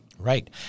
Right